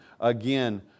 again